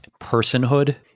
personhood